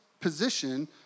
position